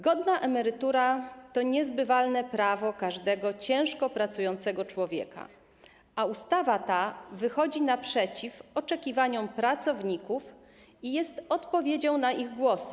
Godna emerytura to niezbywalne prawo każdego ciężko pracującego człowieka, a ustawa ta wychodzi naprzeciw oczekiwaniom pracowników i jest odpowiedzią na ich głosy.